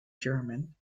german